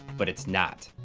but it's not.